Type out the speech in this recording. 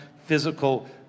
physical